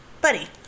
Buddy